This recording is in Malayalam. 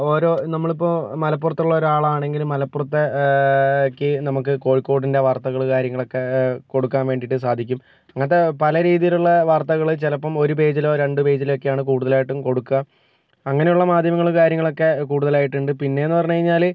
ഓരോ നമ്മളിപ്പോൾ മലപ്പുറത്തുള്ള ഒരാളാണെങ്കില് മലപ്പുറത്തെ ക്കെ നമുക്ക് കോഴിക്കോടിൻ്റെ വർത്തകള് കാര്യങ്ങളൊക്കെ കൊടുക്കാൻ വേണ്ടിട്ട് സാധിക്കും അങ്ങനത്തെ പലരീതിലുള്ള വർത്തകള് ചിലപ്പം ഒരു പേജിലോ രണ്ട് പേജിലൊക്കെയാണ് കൂടുതലായിട്ടും കൊടുക്കുക അങ്ങനെയുള്ള മാധ്യമങ്ങള് കാര്യങ്ങളൊക്കെ കൂടുതലായിട്ടുണ്ട് പിന്നെന്നു പറഞ്ഞു കഴിഞ്ഞാല്